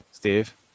Steve